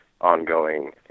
ongoing